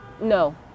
No